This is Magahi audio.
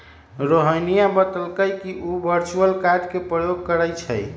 रोहिणी बतलकई कि उ वर्चुअल कार्ड के प्रयोग करई छई